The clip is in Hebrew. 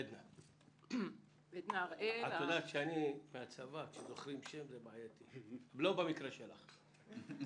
עדנה הראל, המכון